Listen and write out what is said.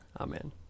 Amen